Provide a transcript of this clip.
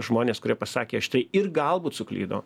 žmonės kurie pasakė šitai ir galbūt suklydo